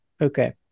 okay